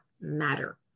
matter